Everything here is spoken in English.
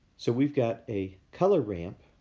so, we've got a color ramp,